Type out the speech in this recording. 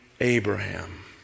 Abraham